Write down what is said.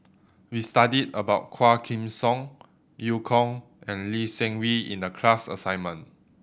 we studied about Quah Kim Song Eu Kong and Lee Seng Wee in the class assignment